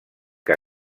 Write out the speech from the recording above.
què